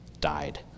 died